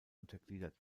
untergliedert